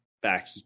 back